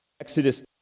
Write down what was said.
Exodus